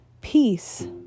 peace